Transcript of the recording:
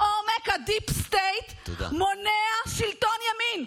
עומק הדיפ סטייט מונע שלטון ימין.